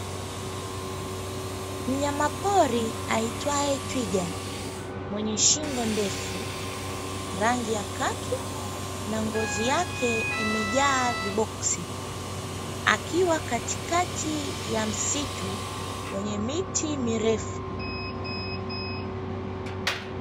Mnyamapori aitwaye twiga mwenye shingo ndefu, rangi ya kaki na ngozi yake imejaa viboksi, akiwa katikati ya msitu wenye miti mirefu.